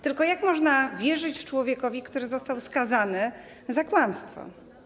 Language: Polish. Tylko jak można wierzyć człowiekowi, który został skazany za kłamstwo?